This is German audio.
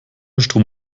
strom